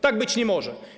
Tak być nie może.